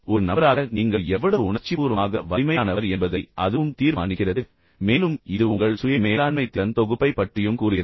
ஒரு நபராக நீங்கள் எவ்வளவு உணர்ச்சிபூர்வமாக வலிமையானவர் என்பதை அதுவும் தீர்மானிக்கிறது மேலும் இது உங்கள் சுய மேலாண்மை திறன் தொகுப்பைப் பற்றியும் கூறுகிறது